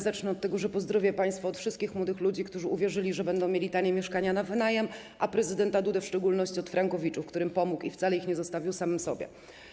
Zacznę od tego, że pozdrowię państwa od wszystkich młodych ludzi, którzy uwierzyli, że będą mieli tanie mieszkania na wynajem, a prezydenta Dudę w szczególności od frankowiczów, którym pomógł i wcale ich nie zostawił samych sobie.